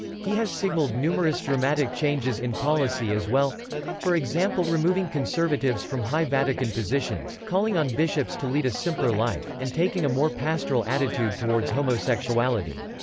he has signalled numerous dramatic changes in policy as well for example removing conservatives from high vatican positions, calling on bishops to lead a simpler life, and taking a more pastoral attitude towards homosexuality.